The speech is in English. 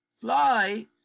fly